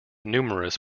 numerous